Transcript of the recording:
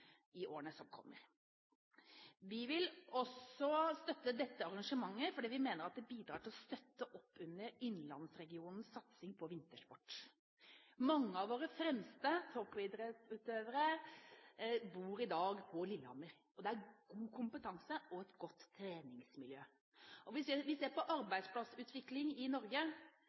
i årene som kommer. Vi vil også støtte dette arrangementet fordi vi mener at det bidrar til å støtte opp under innlandsregionens satsing på vintersport. Mange av våre fremste toppidrettsutøvere bor i dag på Lillehammer, og der er det god kompetanse og et godt treningsmiljø. Hvis vi ser på arbeidsplassutvikling i Norge,